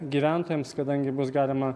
gyventojams kadangi bus galima